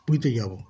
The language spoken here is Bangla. পুরীতে যাব